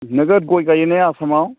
नोगोद गय गायो ने आसामाव